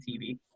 TV